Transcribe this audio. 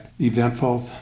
eventful